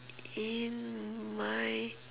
in my